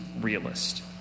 realist